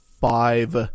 Five